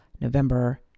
November